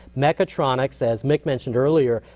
megatronnics as mick mentioned earlier,